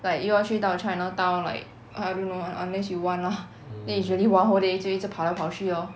like 又要去到 chinatown like I don't know unless you want lah then is really one whole day 就一直跑来跑去 lor